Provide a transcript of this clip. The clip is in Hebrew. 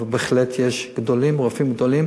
אבל בהחלט יש רופאים גדולים